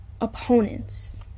opponents